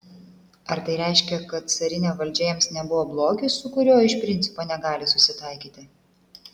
ar tai reiškia kad carinė valdžia jiems nebuvo blogis su kuriuo iš principo negali susitaikyti